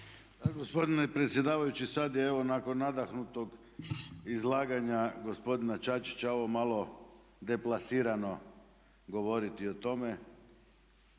Gospodine predsjedavajući sad je evo nakon nadahnutog izlaganja gospodina Čačića ovo malo deplasirano govoriti o tome.